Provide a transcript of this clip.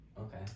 Okay